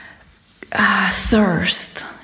thirst